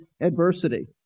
adversity